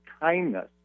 kindness